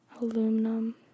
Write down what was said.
aluminum